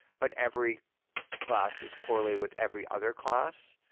but every classes correlate with every other class.